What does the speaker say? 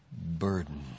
burden